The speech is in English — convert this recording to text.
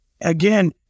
again